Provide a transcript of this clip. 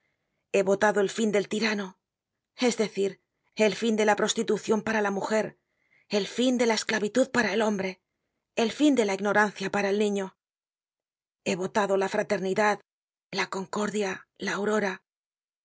he votado el fin del tirano es decir el fin de la prostitucion para la mujer el fin de la esclavitud para el hombre el fin de la ignorancia para el niño he votado la fraternidad la concordia la aurora